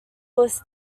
louis